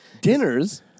Dinners